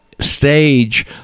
stage